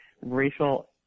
racial